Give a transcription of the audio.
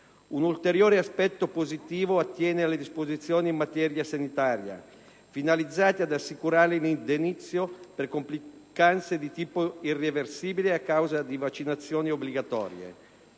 Un ulteriore aspetto positivo attiene alle disposizioni in materia sanitaria finalizzate ad assicurare l'indennizzo per complicanze di tipo irreversibile a causa di vaccinazioni obbligatorie.